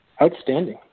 Outstanding